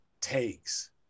takes